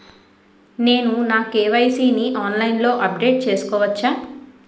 నేను నా కే.వై.సీ ని ఆన్లైన్ లో అప్డేట్ చేసుకోవచ్చా?